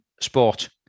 sport